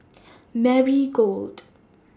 Marigold